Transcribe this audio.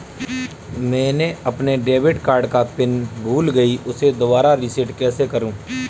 मैंने अपने debit card का पिन भूल गई, उसे दोबारा रीसेट कैसे करूँ?